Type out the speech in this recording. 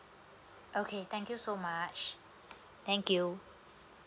okay thank you so much thank you